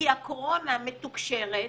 כי הקורונה מתוקשרת